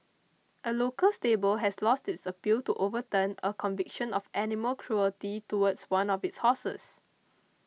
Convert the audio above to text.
a local stable has lost its appeal to overturn a conviction of animal cruelty towards one of its horses